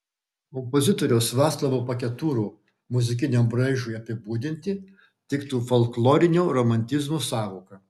kompozitoriaus vaclovo paketūro muzikiniam braižui apibūdinti tiktų folklorinio romantizmo sąvoka